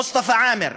מוסטפא עאמר,